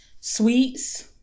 sweets